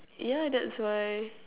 ya that's why